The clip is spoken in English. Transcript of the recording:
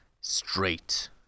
straight